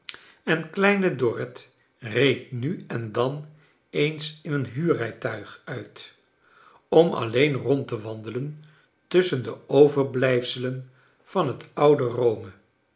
en kleine dorrit reed nu en dan eens in een huurrijtuig uit om alleen rond te wandelen tusschen de overblij f selen van het oude rome